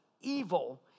evil